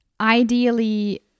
ideally